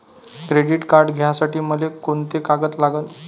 Credit card घ्यासाठी मले कोंते कागद लागन?